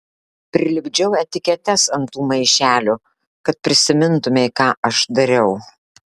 prilipdžiau etiketes ant tų maišelių kad prisimintumei ką aš dariau